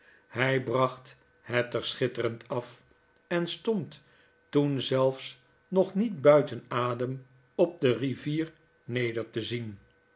hjj bracht het er schitterend af en stond toen zelfs nog niet buiten adem op de riyier neder te zien